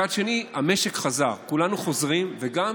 מצד שני, המשק חזר, כולנו חוזרים, וגם